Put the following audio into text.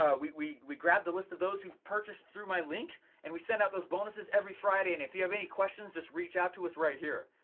ah we we grab the list of those who purchased through my link and we send out those bonuses every friday and if you have any questions just reach out to us right here.